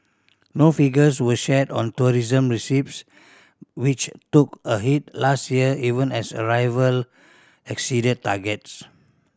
no figures were shared on tourism receipts which took a hit last year even as arrival exceeded targets